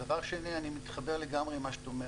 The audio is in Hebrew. אני מתחבר לגמרי עם מה שאת אומרת.